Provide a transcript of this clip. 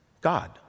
God